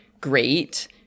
great –